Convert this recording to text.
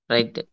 Right